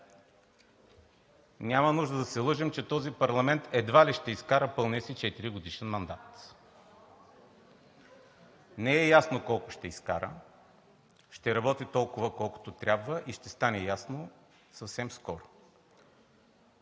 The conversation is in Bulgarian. Няма нужда да се лъжем, че този парламент едва ли ще изкара пълния си четиригодишен мандат. Не е ясно колко ще изкара – ще работи толкова, колкото трябва, ще стане ясно съвсем скоро.